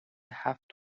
هفت